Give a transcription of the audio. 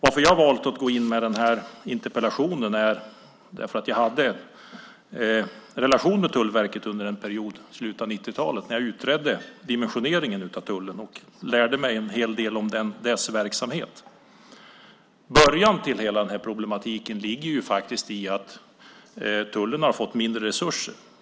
Anledningen till att jag valt att skriva den här interpellationen är att jag hade en relation till Tullverket under en period i slutet av 90-talet när jag utredde dimensioneringen av tullen och lärde mig en hel del om dess verksamhet. Början till hela den här problematiken ligger ju faktiskt i att tullen har fått mindre resurser.